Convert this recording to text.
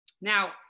Now